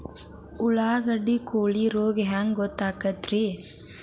ಉಳ್ಳಾಗಡ್ಡಿ ಕೋಳಿ ರೋಗ ಹ್ಯಾಂಗ್ ಗೊತ್ತಕ್ಕೆತ್ರೇ?